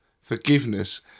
forgiveness